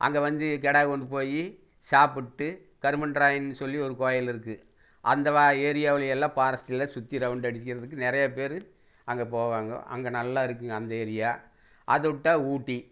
அங்கே வந்து கடா கொண்டு போயி சாப்பிட்டு கருமன்ராயன் சொல்லி ஒரு கோயில் இருக்குது அந்த ஏரியாவில் எல்லாம் ஃபாரஸ்ட்களில் சுற்றி ரவுண்ட் அடிக்கிறதுக்கு நிறையப் பேரு அங்கே போவாங்க அங்கே நல்லா இருக்குங்க அந்த ஏரியா அதவிட்டா ஊட்டி